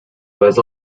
was